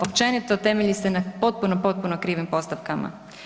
Općenito, temelji se na potpuno, potpuno krivim postavkama.